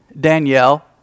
Danielle